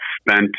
spent